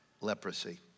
leprosy